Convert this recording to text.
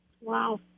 Wow